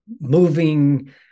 moving